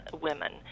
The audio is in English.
women